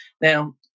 Now